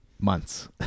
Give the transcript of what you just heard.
months